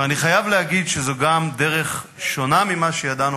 ואני חייב להגיד שזו גם דרך שונה ממה שידענו